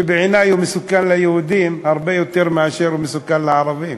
שבעיני הוא מסוכן ליהודים הרבה יותר מאשר הוא מסוכן לערבים.